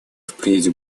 впредь